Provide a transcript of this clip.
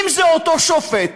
אם זה אותו שופט,